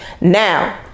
now